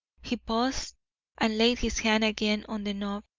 he paused and laid his hand again on the knob,